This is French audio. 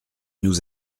nous